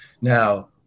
Now